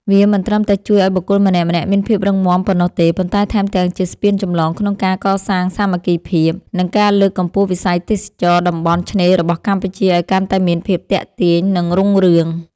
វាមិនត្រឹមតែជួយឱ្យបុគ្គលម្នាក់ៗមានភាពរឹងមាំប៉ុណ្ណោះទេ ប៉ុន្តែថែមទាំងជាស្ពានចម្លងក្នុងការកសាងសាមគ្គីភាព និងការលើកកម្ពស់វិស័យទេសចរណ៍តំបន់ឆ្នេររបស់កម្ពុជាឱ្យកាន់តែមានភាពទាក់ទាញ និងរុងរឿង។